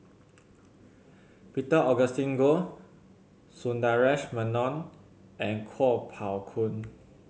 Peter Augustine Goh Sundaresh Menon and Kuo Pao Kun